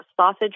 sausage